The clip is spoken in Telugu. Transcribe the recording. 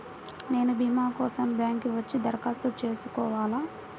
నేను భీమా కోసం బ్యాంక్కి వచ్చి దరఖాస్తు చేసుకోవాలా?